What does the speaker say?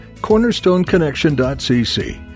cornerstoneconnection.cc